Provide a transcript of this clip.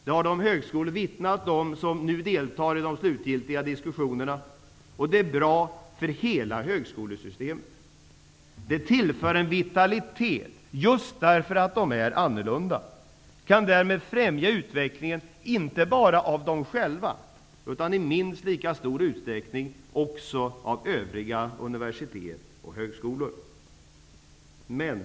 Det har de högskolor som nu deltar i de slutgiltiga diskussionerna vittnat om. Den är också bra för hela högskolesystemet. Dessa skolor tillför en vitalitet just för att de är olika. Därmed kan de främja inte bara sin egen utan i minst lika stor utsträckning övriga universitets och högskolors utveckling.